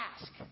ask